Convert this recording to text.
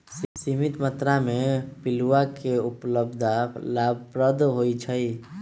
सीमित मत्रा में पिलुआ के उपलब्धता लाभप्रद होइ छइ